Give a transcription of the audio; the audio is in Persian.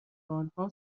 آنها